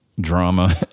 drama